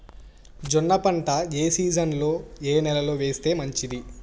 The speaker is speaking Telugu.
జొన్న పంట ఏ సీజన్లో, ఏ నెల లో వేస్తే మంచిది?